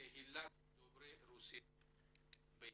קהילת דוברי רוסית בישראל.